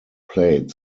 played